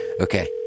okay